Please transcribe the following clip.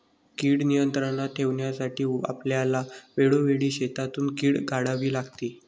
कीड नियंत्रणात ठेवण्यासाठी आपल्याला वेळोवेळी शेतातून कीड काढावी लागते